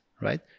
right